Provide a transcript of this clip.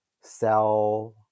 sell